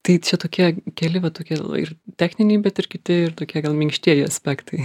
tai čia tokie keli va tokie ir techniniai bet ir kiti ir tokie gal minkštieji aspektai